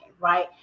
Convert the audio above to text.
right